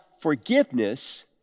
forgiveness